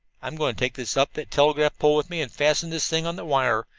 i'm going to take this up that telegraph pole with me and fasten this thing on the wire.